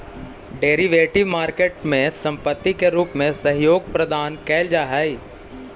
derivative market में संपत्ति के रूप में सहयोग प्रदान कैल जा हइ